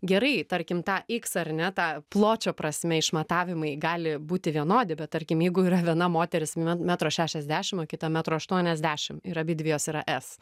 gerai tarkim tą x ar ne tą pločio prasme išmatavimai gali būti vienodi bet tarkim jeigu yra viena moteris me metro šešiasdešimt o kita metro aštuoniasdešimt ir abidvi jos yra s